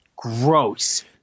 Gross